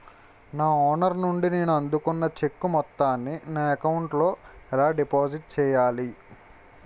నా ఓనర్ నుండి నేను అందుకున్న చెక్కు మొత్తాన్ని నా అకౌంట్ లోఎలా డిపాజిట్ చేయాలి?